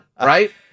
right